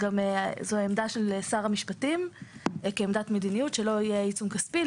העמדה של שר המשפטים כעמדת מדיניות שלא יהיה עיצום כספי.